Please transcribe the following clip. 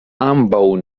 ambaŭ